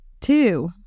two